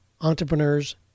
entrepreneurs